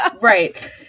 Right